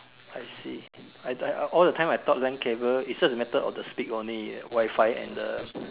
I see I I all the time I thought land cable is just the matter of the speed only Wifi and the